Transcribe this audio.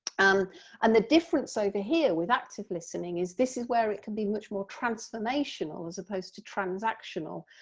um and the difference over here with active listening is this is where it can be much more transformational as opposed to transactional,